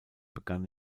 begann